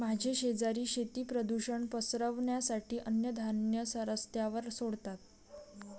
माझे शेजारी शेती प्रदूषण पसरवण्यासाठी अन्नधान्य रस्त्यावर सोडतात